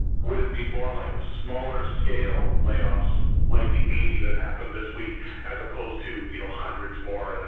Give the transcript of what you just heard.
what it be more like a smaller scale layoff like the eighty that happened this week as opposed to you know hundreds more? and